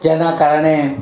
એના કારણે